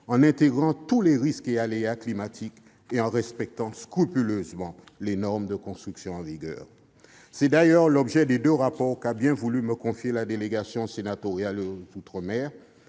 en intégrant tous les risques et aléas climatiques et en respectant scrupuleusement les normes de construction en vigueur. C'est d'ailleurs l'objet des deux rapports qu'a bien voulu me confier la délégation sénatoriale aux outre-mer,